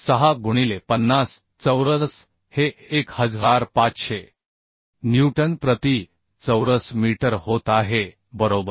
6 गुणिले 50 चौरस हे 1500 न्यूटन प्रति चौरस मीटर होत आहे बरोबर